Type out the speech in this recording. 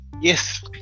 Yes